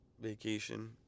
vacation